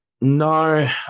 No